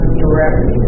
directly